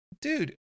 Dude